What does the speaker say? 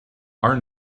are